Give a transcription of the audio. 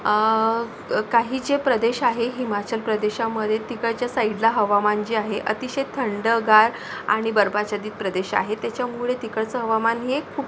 काही जे प्रदेश आहे हिमाचल प्रदेशामधे तिकडच्या साईडला हवामान जे आहे अतिशय थंडगार आणि बर्फाच्छादित प्रदेश आहे त्याच्यामुळे तिकडचं हवामान हे खूप